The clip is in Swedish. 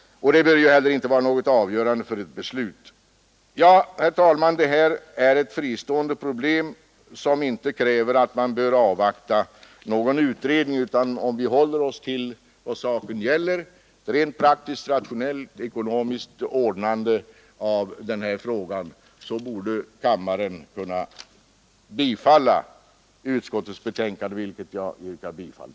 Det bör inte heller vara avgörande för ett beslut. Herr talman! Detta är ett fristående problem som inte kräver att vi avvaktar någon utredning. Om vi håller oss till vad saken gäller, alltså ett rent praktiskt, rationellt och ekonomiskt ordnande av denna fråga, borde kammaren kunna bifalla utskottets hemställan, till vilken jag yrkar bifall.